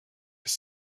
ist